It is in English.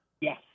yes